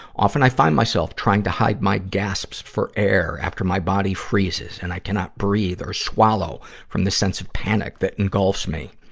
often i find myself trying to hide my gasps for air after my body freezes and i cannot breathe or swallow from the sense of panic that engulfs me.